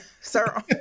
Sir